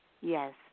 Yes